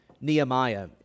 Nehemiah